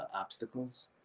obstacles